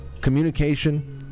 communication